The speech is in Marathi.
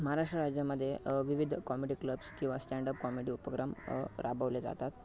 महाराष्ट्र राज्यामध्ये विविध कॉमेडी क्लब्स किंवा स्टॅंडप कॉमेडी प्रोग्राम राबवले जातात